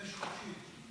אתם לא מתביישים?